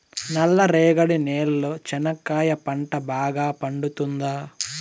నల్ల రేగడి నేలలో చెనక్కాయ పంట బాగా పండుతుందా?